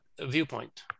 viewpoint